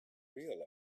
realized